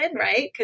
right